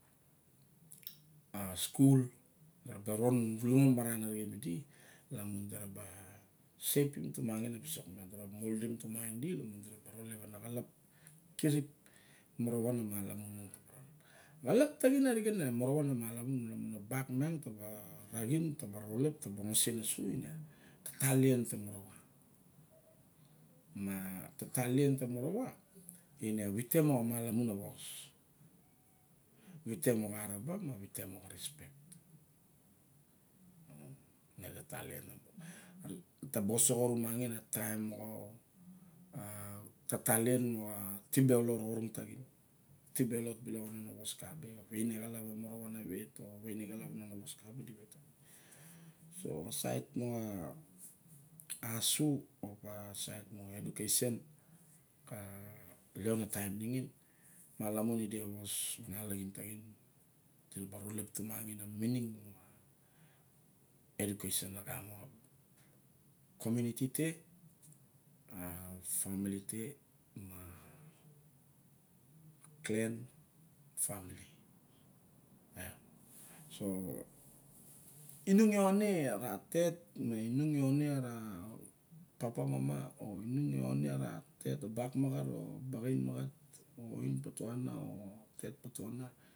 A skul da da ra ba ron lumo maran arixen midi. Lamun da ra ba sekem tamagen a visok miang, da ra ba moldim tumangin idi lamun di ra ba ralep a na xalap kirip e morowa na malamun, xalap taxin arixen e morawa ba malamun la mun a bak miang ta ba arixin me ta ba ralep, ne ta ba oxusenosu a tata lien te morowa, ma tatalien te morowa, ine a wite moxa malamun a vos. vite moxa araba ma moxa rispec. Ine a talien. Ne ta ba osoxa aramaxun a taim moxa a tatalien moxa tibe. alot a orong taxin, tibe alot bilok a nona vos kabe aweine kalap e morowa na wet o kalap a wos kabe di wet. So sait moxa aso opa, sait moxa education ka lion a taim nixin malamun i de a was ma nalaxin taxin diraba ralep tumangin a minig moxa education ralep lagamo xa community te a family te, ma dan family em. So- inung yione ra tet me inung yione a ra papa mama o inung yione ra bet bak maxat, o ain patuena, o bet patwan.